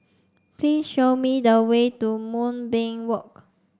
please show me the way to Moonbeam Walk